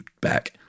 back